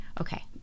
Okay